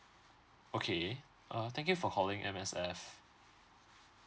okay uh thank you for calling M_S_F